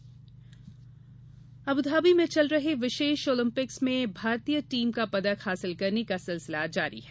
Abu Dhabi Olympics Abu Dhabi में चल रहे विशेष ओलंपिक्स में भारतीय टीम का पदक हासिल करने का सिलसिला जारी है